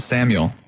Samuel